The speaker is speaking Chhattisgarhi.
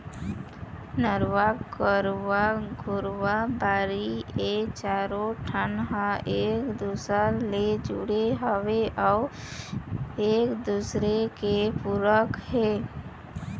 नरूवा, गरूवा, घुरूवा, बाड़ी ए चारों ठन ह एक दूसर ले जुड़े हवय अउ एक दूसरे के पूरक हे